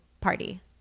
party